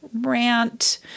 rant